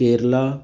Kerala